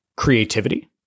Creativity